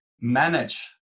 manage